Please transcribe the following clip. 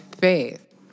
faith